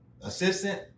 Assistant